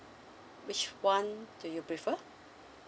which one do you prefer